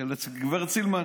גב' סילמן.